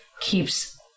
keeps